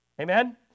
Amen